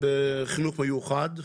בחינוך מיוחד.